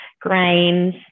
grains